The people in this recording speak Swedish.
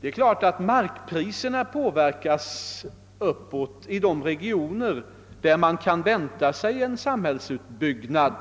Det är klart att markpriserna påverkas uppåt i de regioner där man kan vänta sig en samhällsutbyggnad